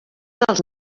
dels